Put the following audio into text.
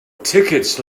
tickets